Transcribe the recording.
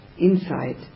insight